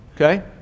Okay